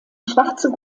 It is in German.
schwarze